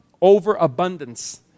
Overabundance